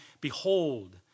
behold